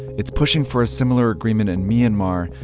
it's pushing for a similar agreement in myanmar,